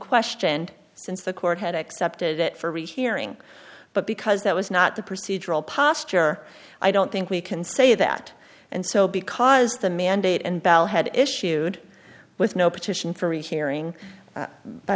questioned since the court had accepted it for rehearing but because that was not the procedural posture i don't think we can say that and so because the mandate and bell had issued with no petition for rehearing